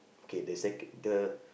K the secon~ the